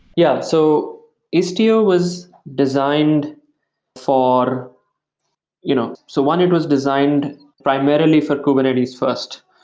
yeah. so istio was designed for you know so one, it was designed primarily for kubernetes first.